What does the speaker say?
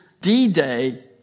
D-Day